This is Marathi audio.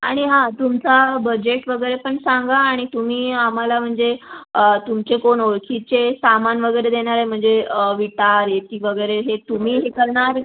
आणि हां तुमचा बजेट वगैरे पण सांगा आणि तुम्ही आम्हाला म्हणजे तुमचे कोण ओळखीचे सामान वगैरे देणारे म्हणजे विटा रेती वगैरे हे तुम्ही हे करणार